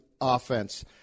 offense